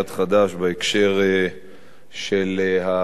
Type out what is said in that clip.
בהקשר של הפערים,